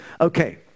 Okay